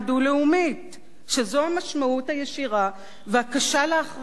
שזו המשמעות הישירה והקשה להחריד של דבריך, רובי.